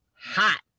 hot